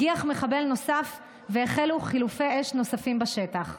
הגיח מחבל נוסף והחלו חילופי אש נוספים בשטח.